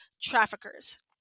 traffickers